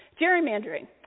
gerrymandering